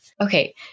Okay